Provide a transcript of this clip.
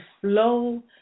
flow